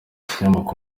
ikinyamakuru